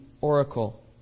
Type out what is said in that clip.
oracle